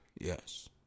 Yes